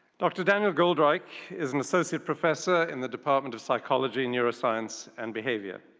dr. daniel goldreich is an associate professor in the department of psychology, neuroscience, and behavior.